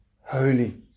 holy